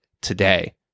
today